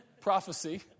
prophecy